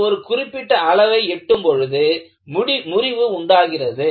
அது ஒரு குறிப்பிட்ட அளவை எட்டும் பொழுது முறிவு உண்டாகிறது